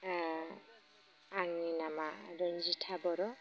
ओ आंनि नामा रोनजिथा बर'